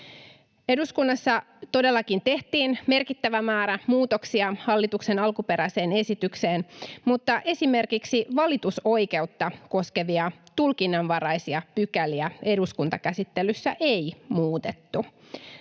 Eduskunnassa todellakin tehtiin merkittävä määrä muutoksia hallituksen alkuperäiseen esitykseen, mutta esimerkiksi valitusoikeutta koskevia tulkinnanvaraisia pykäliä eduskuntakäsittelyssä ei muutettu.